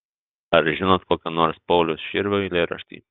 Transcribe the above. ar žinot kokį nors pauliaus širvio eilėraštį